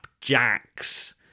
jacks